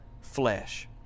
flesh